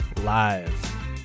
live